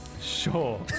Sure